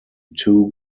two